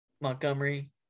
Montgomery